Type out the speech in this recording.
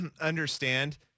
understand